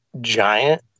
giant